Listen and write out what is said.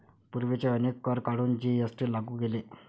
पूर्वीचे अनेक कर काढून जी.एस.टी लागू केले